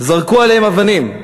זרקו עליהם אבנים,